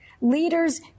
Leaders